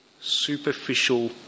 superficial